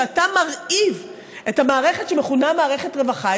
כשאתה מרעיב את המערכת שמכונה מערכת רווחה,